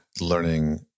learning